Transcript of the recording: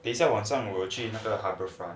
等一下晚上我有去那个 harbour front